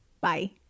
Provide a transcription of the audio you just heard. bye